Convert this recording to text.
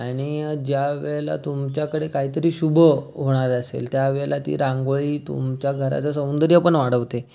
आणि ज्या वेळेला तुमच्याकडं कायतरी शुभ होणार असेल त्यावेळेला ती रांगोळी तुमच्या घराचं सौंदर्य पण वाढवते